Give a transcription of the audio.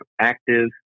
active